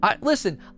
listen